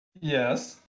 Yes